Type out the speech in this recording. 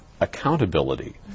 accountability